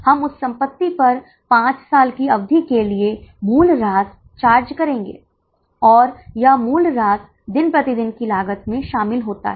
अब आपको बीईपी की गणना करने के लिए कहा गया था और यह बताया गया था कि आपके पास एक से अधिक उत्तर हो सकते हैं